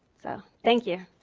so thank you.